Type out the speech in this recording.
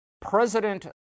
president